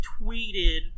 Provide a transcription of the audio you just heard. tweeted